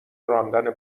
راندن